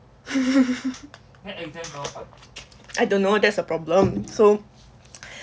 I don't know that's a problem so